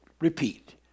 repeat